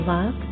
Love